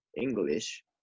English